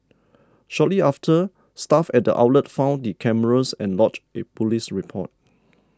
shortly after staff at the outlet found the cameras and lodged a police report